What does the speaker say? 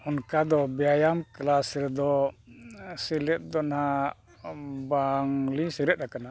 ᱚᱱᱠᱟ ᱫᱚ ᱵᱮᱭᱟᱢ ᱠᱞᱟᱥ ᱨᱮᱫᱚ ᱥᱮᱞᱮᱫ ᱫᱚ ᱱᱟᱦᱟᱸᱜ ᱵᱟᱝᱞᱤᱧ ᱥᱮᱞᱮᱫ ᱠᱟᱱᱟ